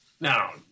Now